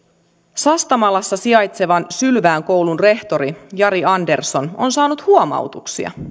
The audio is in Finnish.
sastamalassa sijaitsevan sylvään koulun rehtori jari andersson on saanut huomautuksia